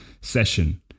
session